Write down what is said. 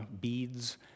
beads